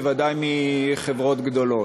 בוודאי מחברות גדולות.